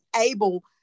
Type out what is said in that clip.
able